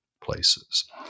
places